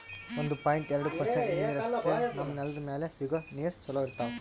ಒಂದು ಪಾಯಿಂಟ್ ಎರಡು ಪರ್ಸೆಂಟ್ ನೀರಷ್ಟೇ ನಮ್ಮ್ ನೆಲ್ದ್ ಮ್ಯಾಲೆ ಸಿಗೋ ನೀರ್ ಚೊಲೋ ಇರ್ತಾವ